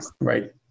right